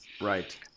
Right